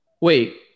Wait